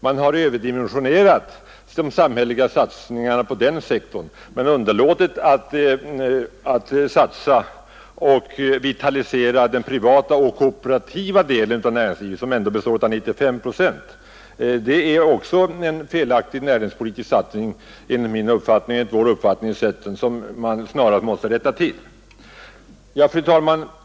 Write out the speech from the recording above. Man har överdimensionerat de samhälleliga satsningarna på den sektorn men underlåtit att satsa på och vitalisera den privata och kooperativa delen av näringslivet som ändå svarar för 95 procent av detta. Detta är enligt centerns uppfattning också en felaktig näringspolitisk satsning som man snarast måste rätta till. Fru talman!